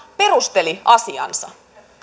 perusteli asiansa